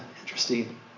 interesting